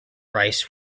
rice